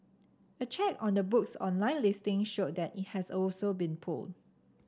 a check on the book's online listing showed that it has also been pulled